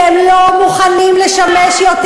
הם התפטרו כי הם לא מוכנים לשמש יותר